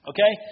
Okay